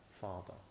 Father